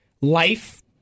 life